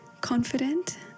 confident